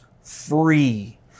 free